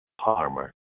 harmer